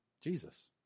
Jesus